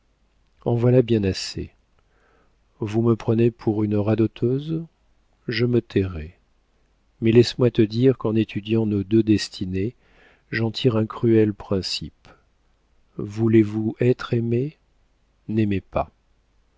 en voilà bien assez vous me prenez pour une radoteuse je me tairai mais laisse-moi te dire qu'en étudiant nos deux destinées j'en tire un cruel principe voulez-vous être aimée n'aimez pas